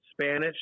Spanish